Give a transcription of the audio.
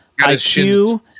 IQ